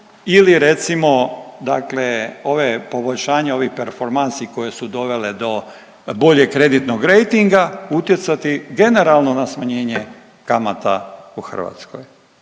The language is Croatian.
ili recimo dakle ove, poboljšanje ovih performansi koje su dovele do boljeg kreditnog rejtinga utjecati generalno na smanjenje kamata u Hrvatskoj.